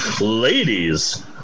Ladies